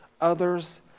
others